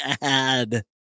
bad